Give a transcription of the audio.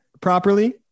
properly